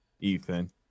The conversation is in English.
Ethan